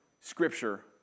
scripture